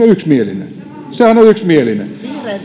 yksimielinen sehän on yksimielinen